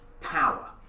power